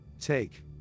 take